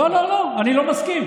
לא לא לא, אני לא מסכים.